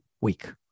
week